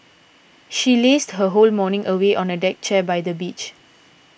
she lazed her whole morning away on a deck chair by the beach